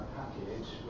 package